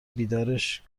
بیدارش